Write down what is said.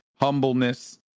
humbleness